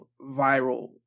viral